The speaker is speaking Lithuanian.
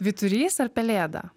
vyturys ar pelėda vidurys